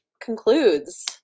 concludes